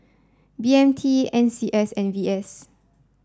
B M T N C S and V S